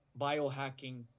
biohacking